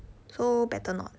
so better not